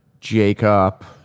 Jacob